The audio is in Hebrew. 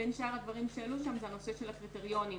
בין שאר הדברים עלה שם נושא הקריטריונים